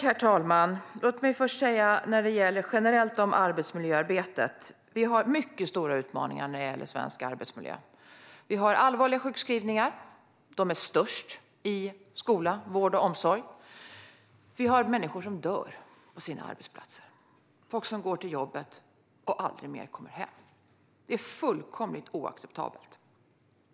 Herr talman! Låt mig först säga vad generellt gäller arbetsmiljöarbetet att vi har mycket stora utmaningar när det gäller svensk arbetsmiljö. Vi har allvarliga sjukskrivningar, flest i skola, vård och omsorg. Vi har människor som dör på sina arbetsplatser, som går till jobbet och aldrig mer kommer hem. Det är fullkomligt oacceptabelt.